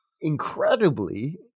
Incredibly